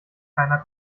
keiner